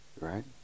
right